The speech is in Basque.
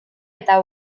eta